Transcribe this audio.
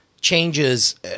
changes